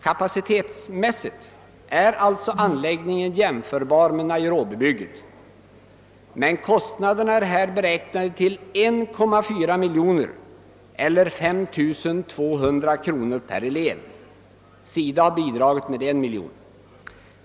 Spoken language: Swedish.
Kapacitetsmässigt är alltså anläggningen jämförbar med Nairobi-bygget, men kostnaderna har här beräknats till 1,4 miljon kronor eller 5 200 kronor per elev. SIDA har bidraget med 1 miljon kronor.